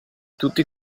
tutti